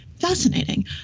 Fascinating